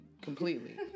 completely